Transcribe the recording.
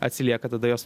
atsilieka tada juos